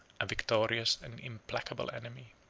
a victorious and implacable enemy.